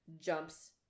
jumps